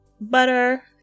butter